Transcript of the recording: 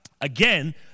Again